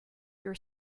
your